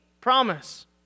Promise